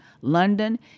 London